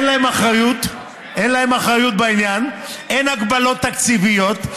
אין להם אחריות בעניין, אין הגבלות תקציביות.